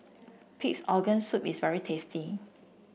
Pig's Organ Soup is very tasty